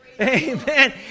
Amen